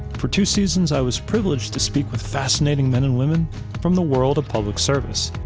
for two seasons, i was privileged to speak with fascinating men and women from the world of public service.